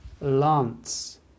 Lance